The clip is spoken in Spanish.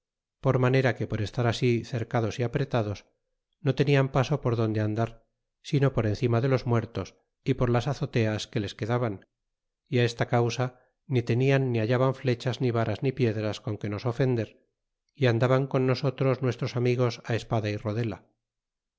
por manera que per e estar así cercados y apretados no tenian paso por donde ala dar sino por encima de los muertos y por las azoteas que les quedaban y á esta causa ni tenian ni hallaban flechas ni varas ni piedras con que nos ofender y andaban con nosotros nues tros amigos á espada y rodela